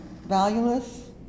valueless